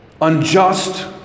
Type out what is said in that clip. unjust